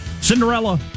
Cinderella